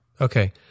Okay